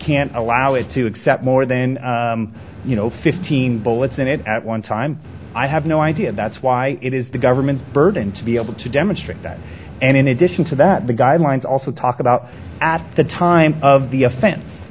can allow it to accept more than you know fifteen bullets in it at one time i have no idea that's why it is the government's burden to be able to demonstrate that and in addition to that the guidelines also talked about at the time of the offen